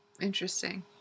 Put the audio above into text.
Interesting